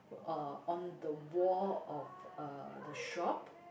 uh on the wall of uh the shop